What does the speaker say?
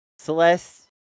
Celeste